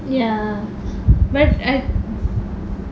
ya but I